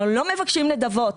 אנחנו לא מבקשים נדבות.